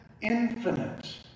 infinite